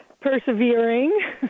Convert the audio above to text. persevering